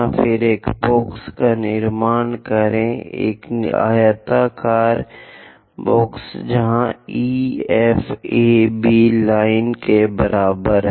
फिर एक बॉक्स का निर्माण करें एक आयताकार बॉक्स जहां EF AB लाइन के बराबर है